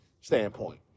standpoint